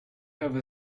have